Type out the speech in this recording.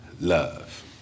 love